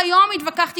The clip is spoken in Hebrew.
מרחב שמכבד אותם,